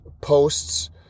posts